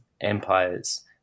empires